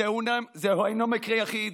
זה אינו מקרה יחיד,